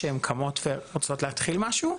שהן קמות ורוצות להתחיל משהו,